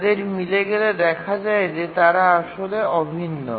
তাদের মিলে গেলে দেখা যায় যে তারা আসলে অভিন্ন